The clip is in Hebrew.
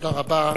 תודה רבה.